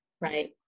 Right